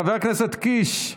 חבר הכנסת קיש,